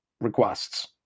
requests